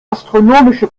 astronomische